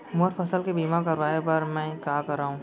मोर फसल के बीमा करवाये बर में का करंव?